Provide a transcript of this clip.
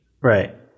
right